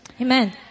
Amen